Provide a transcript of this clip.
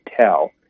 tell